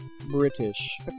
British